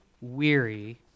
weary